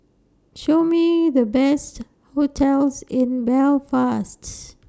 Show Me The Best hotels in Belfast